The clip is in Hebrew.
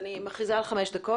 אני מכריזה על חמש דקות